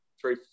three